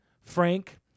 Frank